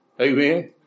Amen